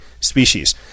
species